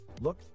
look